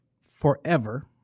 forever